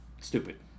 stupid